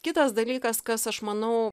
kitas dalykas kas aš manau